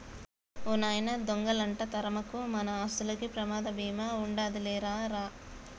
ఓ నాయనా దొంగలంట తరమకు, మన ఆస్తులకి ప్రమాద బీమా ఉండాదిలే రా రా